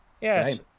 Yes